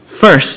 First